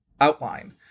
outline